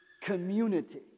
community